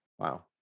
wow